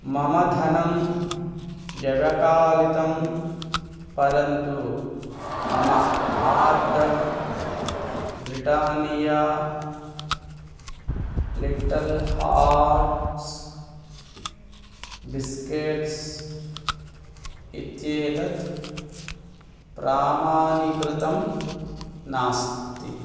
मम धनं व्यवकलितं परन्तु मम order Britannia Little Hearts biscuits इत्येतत् प्रमाणीकृतं नास्ति